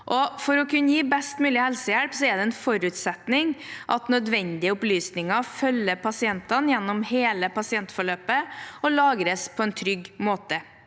For å kunne gi best mulig helsehjelp er det en forutsetning at nødvendige opplysninger følger pasientene gjennom hele pasientforløpet og lagres på en trygg måte.